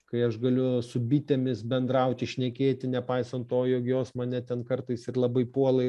kai aš galiu su bitėmis bendrauti šnekėti nepaisant to jog jos mane ten kartais ir labai puola